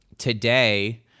Today